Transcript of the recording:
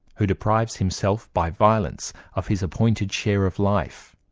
who deprives himself by violence of his appointed share of life,